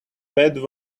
bad